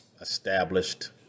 established